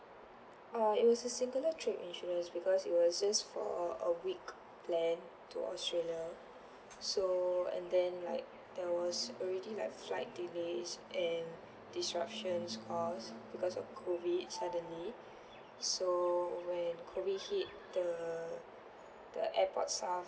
uh it was a singular trip insurance because it was just for a week plan to australia so and then like there was already like flight delays and disruptions caused because of COVID suddenly so when COVID hit the the airports staffs